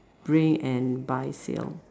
bring and buy sale